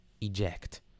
Eject